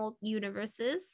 universes